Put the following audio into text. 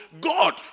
God